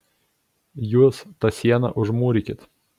jūs tą sieną užmūrykit